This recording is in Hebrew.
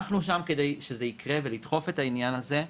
אנחנו שם כדי שזה יקרה וכדי לדחוף את העניין הזה.